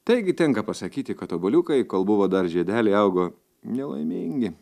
taigi tenka pasakyti kad obuoliukai kol buvo dar žiedeliai augo nelaimingi